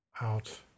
out